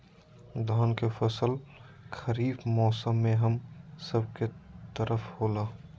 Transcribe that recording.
धान के फसल खरीफ मौसम में हम सब के तरफ होला